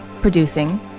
producing